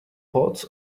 pods